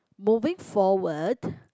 moving forward